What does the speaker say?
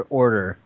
order